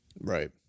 Right